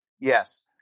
Yes